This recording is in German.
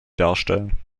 darstellen